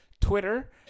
Twitter